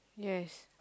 yes